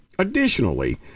Additionally